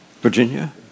Virginia